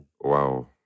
Wow